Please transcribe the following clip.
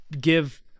give